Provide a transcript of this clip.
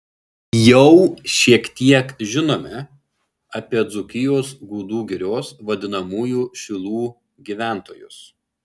jau šiek tiek žinome apie dzūkijos gudų girios vadinamųjų šilų gyventojus